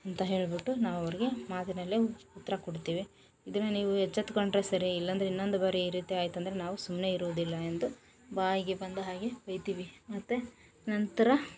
ಅಂತ ಹೇಳಿಬಿಟ್ಟು ನಾವು ಅವರಿಗೆ ಮಾತಿನಲ್ಲೇ ಉತ್ತರ ಕೊಡ್ತೀವಿ ಇದನ್ನು ನೀವು ಎಚ್ಚೆತ್ಕೊಂಡರೆ ಸರಿ ಇಲ್ಲಾಂದ್ರೆ ಇನ್ನೊಂದು ಬಾರಿ ಈ ರೀತಿ ಆಯ್ತು ಅಂದರೆ ನಾವು ಸುಮ್ನೆ ಇರೋದಿಲ್ಲ ಎಂದು ಬಾಯಿಗೆ ಬಂದ ಹಾಗೆ ಬೈತೀವಿ ಮತ್ತೆ ನಂತರ